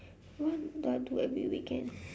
what do I do every weekend